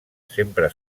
sempre